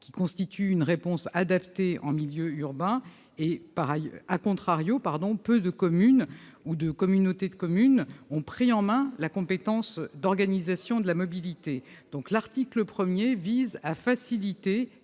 qui constituent une réponse adaptée en milieu urbain. En revanche, peu de communes ou de communautés de communes ont pris en main la compétence d'organisation de la mobilité. Face à ce constat, l'article 1 vise à faciliter